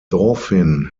dauphin